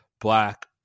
black